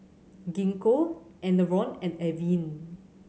Gingko Enervon and Avene